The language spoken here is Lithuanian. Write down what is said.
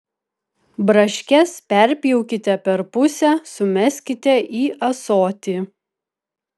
braškes perpjaukite per pusę sumeskite į ąsotį